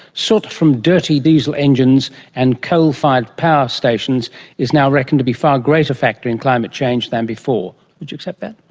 soot from dirty diesel engines and coal-fired power stations is now reckoned to be a far greater factor in climate change than before. would you accept that?